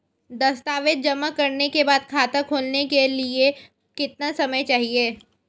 दस्तावेज़ जमा करने के बाद खाता खोलने के लिए कितना समय चाहिए?